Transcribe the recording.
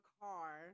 car